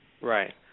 Right